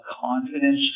confidence